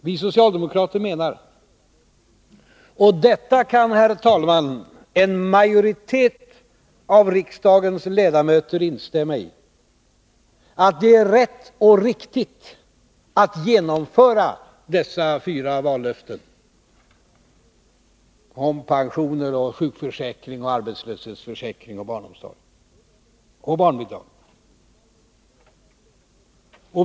Vi socialdemokrater menar, och detta, herr talman, kan en majoritet av riksdagens ledamöter instämma i, att det är rätt och riktigt att genomföra dessa vallöften om pensioner, sjukförsäkring, arbetslöshetsförsäkring, barnomsorg och barnbidrag.